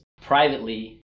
privately